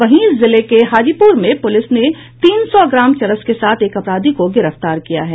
वहीं जिले के हाजीपुर में पुलिस ने तीन सौ ग्राम चरस के साथ एक अपराधी को गिरफ्तार किया है